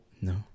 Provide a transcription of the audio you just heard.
No